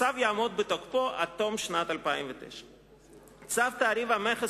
הצו יעמוד בתוקפו עד תום שנת 2009. צו תעריף המכס